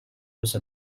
use